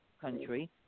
country